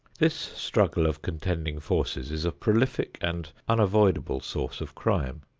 this struggle of contending forces is a prolific and unavoidable source of crime.